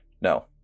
No